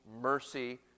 mercy